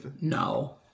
No